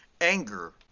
Anger